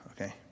okay